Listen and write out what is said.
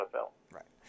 Right